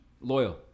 loyal